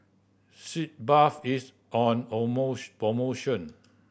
Sitz Bath is on promotion